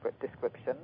description